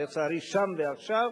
לצערי, שם ועכשיו.